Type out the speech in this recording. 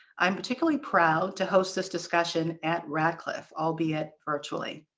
i'm particularly proud to host this discussion at radcliffe, albeit virtually.